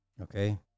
Okay